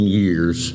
years